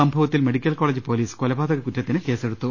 സംഭവത്തിൽ medical college police കൊലപാ തകകുറ്റത്തിന് കേസെടുത്തു